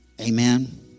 Amen